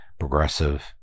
progressive